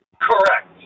Correct